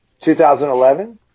2011